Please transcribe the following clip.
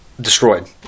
destroyed